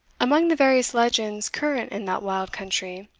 among the various legends current in that wild country,